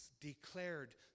declared